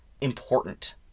important